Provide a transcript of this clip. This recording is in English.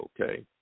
okay